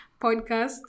podcast